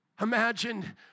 Imagine